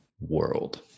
world